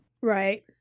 Right